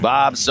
Bob